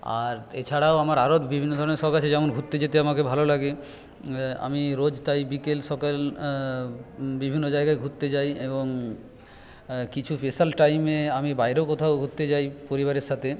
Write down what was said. আর এছাড়াও আমার আরো বিভিন্ন ধরণের শখ আছে যেমন ঘুরতে যেতে আমাকে ভালো লাগে আমি রোজ তাই বিকেল সকাল বিভিন্ন জায়গায় ঘুরতে যাই এবং কিছু স্পেশাল টাইমে আমি বাইরেও কোথাও ঘুরতে যাই পরিবারের সাথে